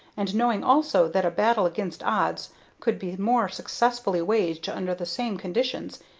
and knowing also that a battle against odds could be more successfully waged under the same conditions,